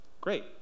Great